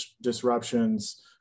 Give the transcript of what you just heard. disruptions